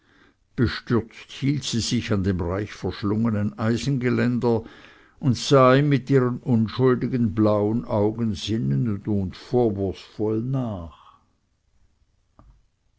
bestürzt hielt sie sich an dem reich verschlungenen eisengeländer und sah ihm mit ihren unschuldigen blauen augen sinnend und vorwurfsvoll nach